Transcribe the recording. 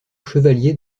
chevalier